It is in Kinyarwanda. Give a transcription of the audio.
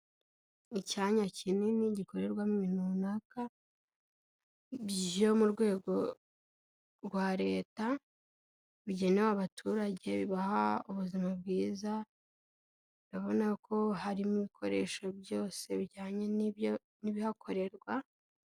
Icyanya kinini gikorerwamo ibintu runaka byo mu rwego rwa leta, bigenewe abaturage, bibaha ubuzima bwiza, urabona ko harimo ibikoresho byose bijyanye n'ibihakorerwa.